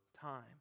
time